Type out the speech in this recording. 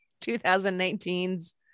2019's